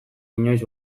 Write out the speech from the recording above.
inoiz